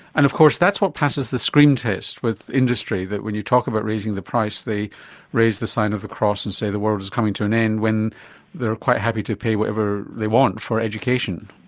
and of course that's what passes the screen test with industry, that when you talk about raising the price they raise the sign of the cross and say the world is coming to an end when they are quite happy to pay whatever they want for education.